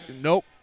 nope